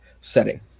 setting